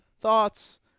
thoughts